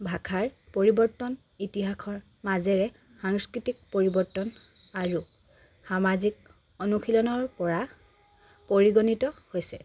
ভাষাৰ পৰিৱৰ্তন ইতিহাসৰ মাজেৰে সাংস্কৃতিক পৰিৱৰ্তন আৰু সামাজিক অনুশীলনৰ পৰা পৰিগণিত হৈছে